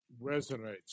resonates